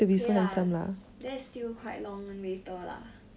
okay lah that's still quite long later lah